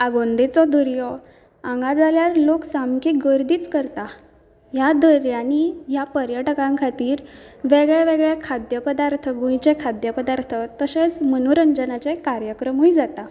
आगोंदेचो दर्यो हांगा जाल्यार लोक सामके गर्दीच करतात ह्या दर्यानीं ह्या पर्यटकां खातीर वेगवेगळे खाद्य पदार्थ गोंयचे खाद्द पदार्त तशेंच मनोरंजनाचे कार्यक्रमूय जाता